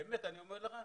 באמת אני אומר לך,